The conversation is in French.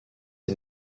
est